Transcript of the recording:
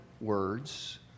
words